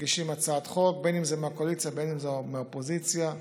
בין שזה מהקואליציה ובין שזה מהאופוזיציה,